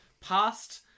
past